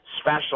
special